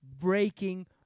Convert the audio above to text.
Breaking